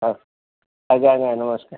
ହଉ ଆଜ୍ଞା ଆଜ୍ଞା ନମସ୍କାର